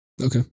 Okay